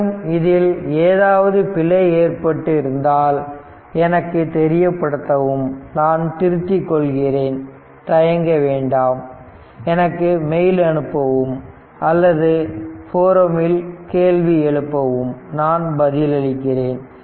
மேலும் இதில் ஏதாவது பிழை ஏற்பட்டு இருந்தால் எனக்கு தெரியப்படுத்தவும் நான் திருத்திக்கொள்கிறேன் தயங்க வேண்டாம் எனக்கு மெயில் அனுப்பவும் அல்லது போரம்மில் கேள்வி எழுப்பவும் நான் பதிலளிக்கிறேன்